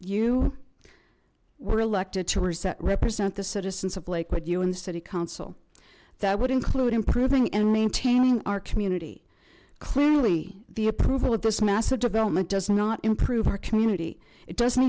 you we're elected to reset represent the citizens of lakewood you in the city council that would include improving in maintaining our community clearly the approval of this massive development does not improve our community it doesn't